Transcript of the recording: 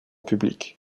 public